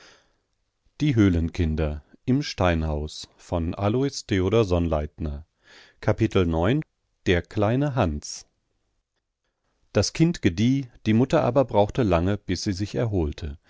beschützen der kleine hans das kind gedieh die mutter aber brauchte lange bis sie sich erholte